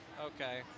Okay